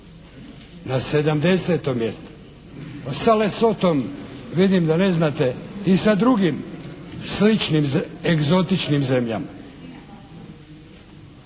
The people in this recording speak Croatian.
na 70. mjesto, sa Le Sotom vidim da ne znate i sa drugim sličnim egzotičnim zemljama.